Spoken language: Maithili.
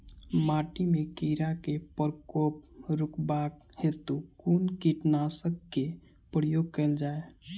माटि मे कीड़ा केँ प्रकोप रुकबाक हेतु कुन कीटनासक केँ प्रयोग कैल जाय?